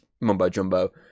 mumbo-jumbo